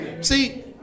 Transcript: See